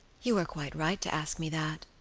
you were quite right to ask me that,